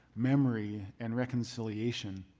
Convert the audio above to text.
memory, and reconciliation.